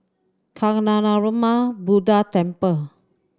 Kancanarama Buddha Temple